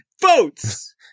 votes